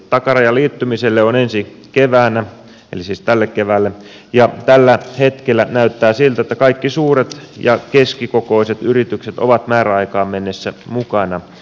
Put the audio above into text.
takaraja liittymiselle on ensi keväänä eli siis tänä keväänä ja tällä hetkellä näyttää siltä että kaikki suuret ja keskikokoiset yritykset ovat määräaikaan mennessä mukana